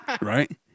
right